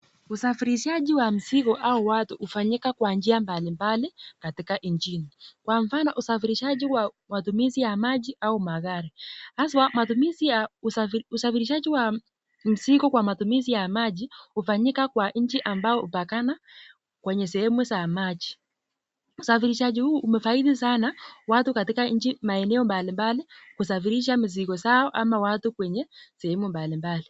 Usafirishaji wa mzigo au watu hufanyika kwa njia mbalimbali katika nchini, kwa mfano usafirishaji wa matumizi ya maji au magari. Haswa matumizi ya usafirishaji wa mizigo kwa matumizi ya maji, hufanyika kwa nchi ambayo hupakana kwenye sehemu za maji. Usafirishaji huu umefaidi sana watu katika nchi maeneo mbalimbali kusafirisha mizigo zao ama watu kwenye sehemu mbalimbali.